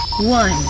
one